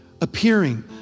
appearing